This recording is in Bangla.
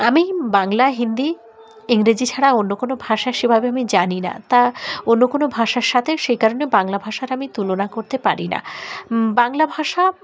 আমি বাংলা হিন্দি ইংরেজি ছাড়া অন্য কোনো ভাষা সেভাবে আমি জানি না তা অন্য কোনো ভাষার সাথে সেই কারণে বাংলা ভাষার আমি তুলনা করতে পারি না বাংলা ভাষা